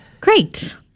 Great